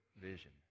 vision